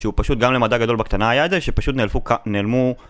שהוא פשוט גם למדע גדול בקטנה היה איזה שפשוט נעלמו